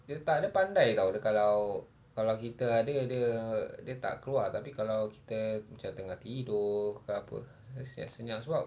dia tak dia pandai [tau] dia kalau kalau kita ada dia dia tak keluar tapi kalau kita macam tengah tidur atau apa dia senyap-senyap sebab